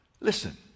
listen